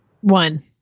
One